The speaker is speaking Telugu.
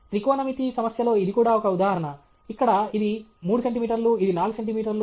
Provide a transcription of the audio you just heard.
త్రికోణమితి సమస్యలో ఇది కూడా ఒక ఉదాహరణ ఇక్కడ ఇది 3 సెంటీమీటర్లు ఇది 4 సెంటీమీటర్లు